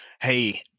Hey